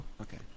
Okay